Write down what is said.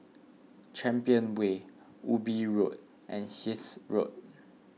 Champion Way Ubi Road and Hythe Road